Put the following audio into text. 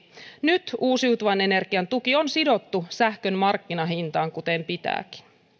nyt uusiutuvan energian tuki on sidottu sähkön markkinahintaan kuten pitääkin